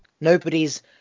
Nobody's